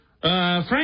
Frank